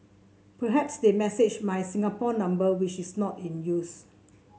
perhaps they messaged my Singapore number which is not in use